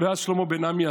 ואז שלמה בן עמי,